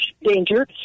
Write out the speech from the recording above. danger